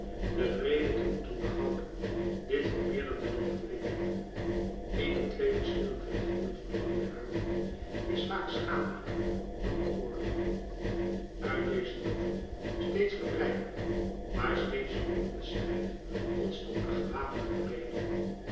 den vrede te moeten behouden dit vermeerderde de verwikkelingen een in twee verschillende richtingen verlangde harmonie is vaak schadelijker dan oorlog uit dezen doffen steeds gebreidelden maar steeds grommenden strijd ontstond de gewapende vrede